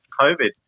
COVID